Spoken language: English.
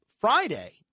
Friday